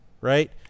right